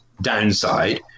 downside